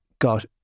got